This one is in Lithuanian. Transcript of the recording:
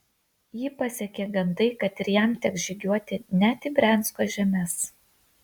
jį pasiekė gandai kad ir jam teks žygiuoti net į briansko žemes